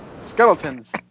skeletons